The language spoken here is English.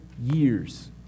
years